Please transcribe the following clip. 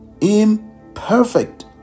imperfect